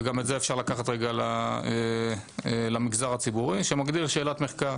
וגם את זה אפשר לקחת רגע למגזר הציבורי שמגדיר שאלת מחקר.